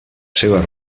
seues